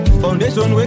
foundation